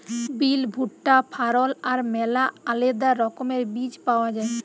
বিল, ভুট্টা, ফারল আর ম্যালা আলেদা রকমের বীজ পাউয়া যায়